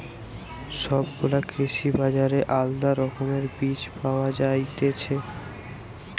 সব গুলা কৃষি বাজারে আলদা রকমের বীজ পায়া যায়তিছে